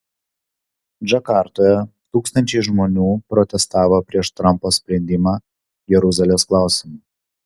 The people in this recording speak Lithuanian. džakartoje tūkstančiai žmonių protestavo prieš trampo sprendimą jeruzalės klausimu